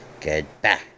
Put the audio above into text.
Goodbye